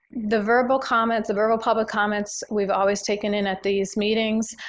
the verbal comments the verbal public comments we've always taken in at these meetings,